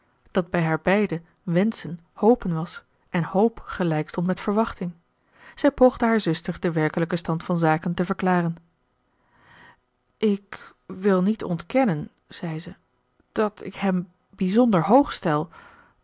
dat bij haar beide wenschen hopen was en hoop gelijk stond met verwachting zij poogde haar zuster den werkelijken stand van zaken te verklaren ik wil niet ontkennen zei ze dat ik hem bijzonder hoog stel